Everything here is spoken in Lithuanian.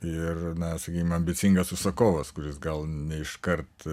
ir na sakykime ambicingas užsakovas kuris gal ne iškart